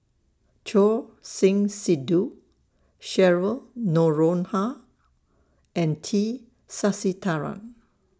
Choor Singh Sidhu Cheryl Noronha and T Sasitharan